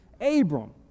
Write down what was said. Abram